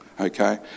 okay